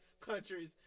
countries